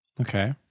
Okay